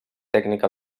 tècnica